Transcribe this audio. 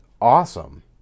awesome